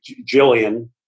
Jillian